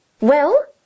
Well